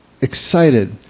excited